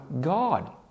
God